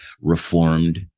reformed